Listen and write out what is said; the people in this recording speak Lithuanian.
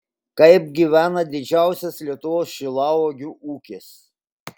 kaip gyvena didžiausias lietuvos šilauogių ūkis